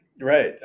Right